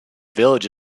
village